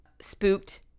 spooked